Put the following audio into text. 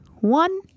one